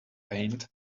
paint